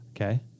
Okay